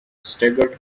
staggered